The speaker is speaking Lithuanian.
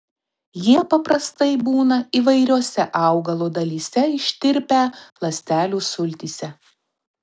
jie paprastai būna įvairiose augalo dalyse ištirpę ląstelių sultyse